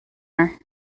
her